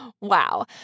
wow